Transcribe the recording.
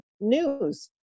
news